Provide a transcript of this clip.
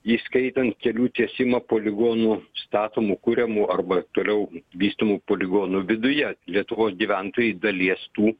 įskaitant kelių tiesimą poligonų statomų kuriamų arba toliau vystomų poligonų viduje lietuvos gyventojai dalies tų